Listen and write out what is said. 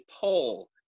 poll